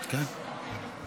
כן.